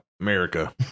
America